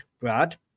Brad